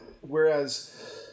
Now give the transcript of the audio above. Whereas